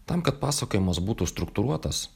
tam kad pasakojimas būtų struktūruotas